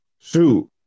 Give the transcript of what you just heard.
Shoot